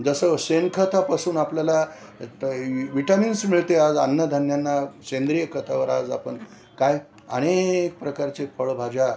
जसं शेणखतापासून आपल्याला व्हिटामिन्स मिळते आज अन्नधान्यांना सेंद्रिय खतावर आज आपण काय अनेक प्रकारचे फळभाज्या